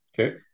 Okay